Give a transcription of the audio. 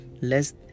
less